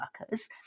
workers